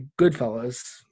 goodfellas